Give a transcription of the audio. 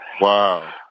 wow